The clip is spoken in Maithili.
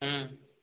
हम्म